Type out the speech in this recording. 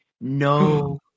no